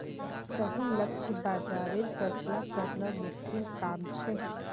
सही लक्ष्य बाज़ारेर फैसला करना मुश्किल काम छे